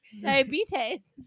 Diabetes